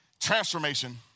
transformation